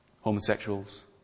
homosexuals